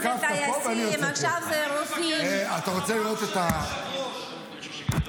עשרות קבוצות שהרופאים חשבו לצאת ולעזוב ------ לא,